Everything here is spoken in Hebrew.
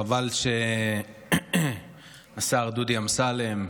חבל שהשר דודי אמסלם,